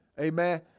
Amen